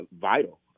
vital